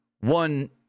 one